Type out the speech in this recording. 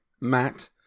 Matt